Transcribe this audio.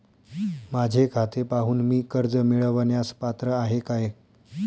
माझे खाते पाहून मी कर्ज मिळवण्यास पात्र आहे काय?